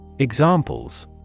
Examples